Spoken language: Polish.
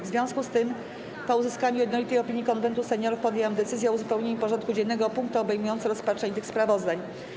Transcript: W związku z tym, po uzyskaniu jednolitej opinii Konwentu Seniorów, podjęłam decyzję o uzupełnieniu porządku dziennego o punkty obejmujące rozpatrzenie tych sprawozdań.